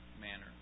manner